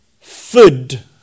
food